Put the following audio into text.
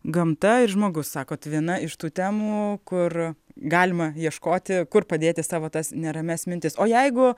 gamta ir žmogus sakot viena iš tų temų kur galima ieškoti kur padėti savo tas neramias mintis o jeigu